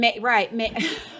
Right